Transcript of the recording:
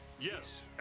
Yes